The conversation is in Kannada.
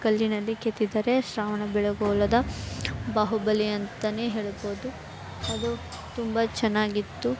ಕಲ್ಲಿನಲ್ಲಿ ಕೆತ್ತಿದ್ದಾರೆ ಶ್ರವಣಬೆಳಗೊಳದ ಬಾಹುಬಲಿ ಅಂತಲೇ ಹೇಳಬೋದು ಅದು ತುಂಬ ಚೆನ್ನಾಗಿತ್ತು